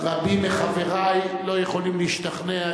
רבים מחברי לא יכולים להשתכנע,